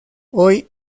hoy